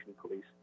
police